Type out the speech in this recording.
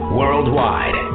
worldwide